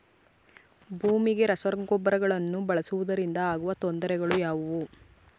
ಭೂಮಿಗೆ ರಸಗೊಬ್ಬರಗಳನ್ನು ಬಳಸುವುದರಿಂದ ಆಗುವ ತೊಂದರೆಗಳು ಯಾವುವು?